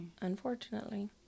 Unfortunately